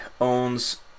owns